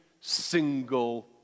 single